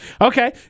Okay